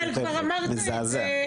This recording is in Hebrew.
אבל כבר אמרת את זה.